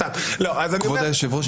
סתם -- כבוד היושב ראש,